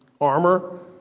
armor